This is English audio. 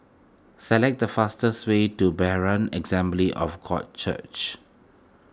select the fastest way to Berean Assembly of God Church